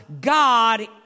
God